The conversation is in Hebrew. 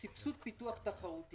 בסדר גודל של בין 3 4 מיליארד שקל,